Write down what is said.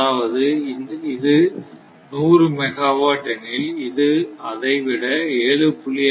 அதாவது இது 100 மெகாவாட் எனில் இது அதை விட 7